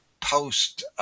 post